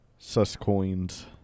Suscoins